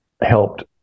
Helped